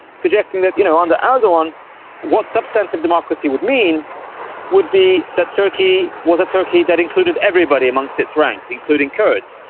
suggesting that you know under erdogan what substantive democracy would mean would be that turkey was a turkey that included everybody amongst its ranks, including kurds,